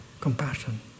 compassion